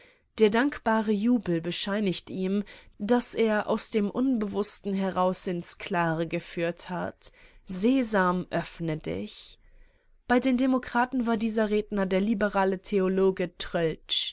der dankbare jubel bescheinigt ihm daß er aus dem unbewußten heraus ins klare geführt hat sesam öffne dich bei den demokraten war dieser redner der liberale theologe